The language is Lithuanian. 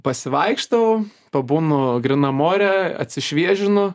pasivaikštau pabūnu grynam ore atsišviežinu